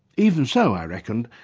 even so, i reckoned,